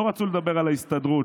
לא רצו לדבר על ההסתדרות,